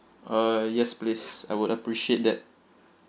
uh yes please I would appreciate that